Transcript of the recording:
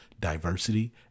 diversity